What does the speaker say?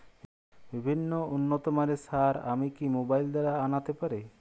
বিভিন্ন উন্নতমানের সার আমি কি মোবাইল দ্বারা আনাতে পারি?